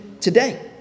today